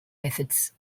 methods